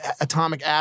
atomic